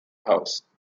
house